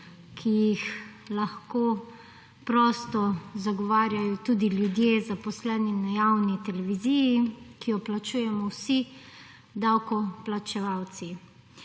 ki jih lahko prosto zagovarjajo tudi ljudje zaposleni na javni televiziji, ki jo plačujemo vsi davkoplačevalci.